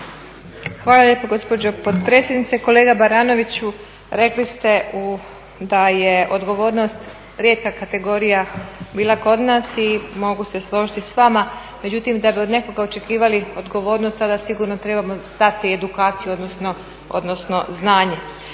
Hvala lijepo gospođo potpredsjednice. Kolega Baranoviću rekli ste da je odgovornost rijetka kategorija bila kod nas i mogu se složiti s vama, međutim da bi od nekoga očekivali odgovornost tada sigurno trebamo dati edukaciju odnosno znanje.